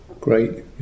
great